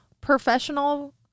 professional